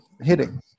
hitting